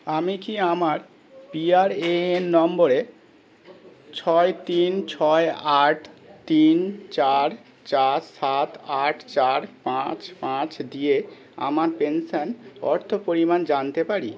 আমি কি আমার পিআরএএন নম্বরে ছয় তিন ছয় আট তিন চার চার সাত আট চার পাঁচ পাঁচ দিয়ে আমার পেনশন অর্থ পরিমাণ জানতে পারি